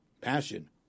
Passion